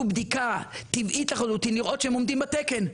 בדיקה טבעית לחלוטין כדי לראות שהם עומדים בתקן.